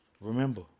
Remember